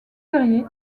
périer